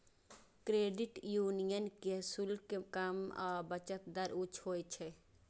credit union के शुल्क कम आ बचत दर उच्च होइ छै